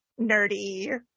nerdy